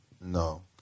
No